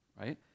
Right